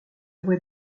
voix